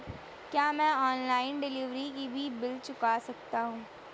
क्या मैं online delivery के भी बिल चुकता कर सकता हूँ?